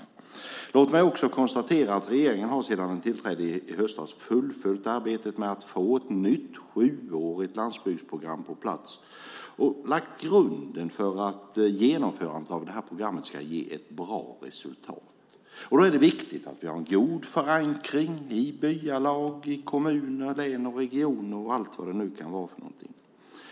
Låt mig konstatera att regeringen sedan den tillträdde i höstas har fullföljt arbetet med att få ett nytt sjuårigt landsbygdsprogram på plats och lagt grunden för att genomförandet av programmet ska ge ett bra resultat. Då är det viktigt att vi har en god förankring i byalag, kommuner, län, regioner och annat vad det nu kan vara för någonting.